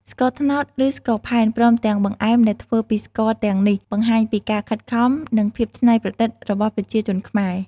ស្ករត្នោត ឬ ស្ករផែនព្រមទាំងបង្អែមដែលធ្វើពីស្ករទាំងនេះបង្ហាញពីការខិតខំ និងភាពច្នៃប្រឌិតរបស់ប្រជាជនខ្មែរ។